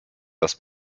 das